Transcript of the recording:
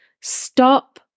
Stop